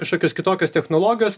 kažkokios kitokios technologijos